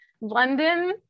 London